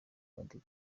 madiba